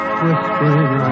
whispering